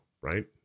Right